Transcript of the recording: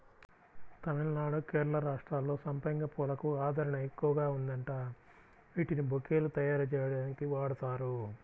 తమిళనాడు, కేరళ రాష్ట్రాల్లో సంపెంగ పూలకు ఆదరణ ఎక్కువగా ఉందంట, వీటిని బొకేలు తయ్యారుజెయ్యడానికి వాడతారు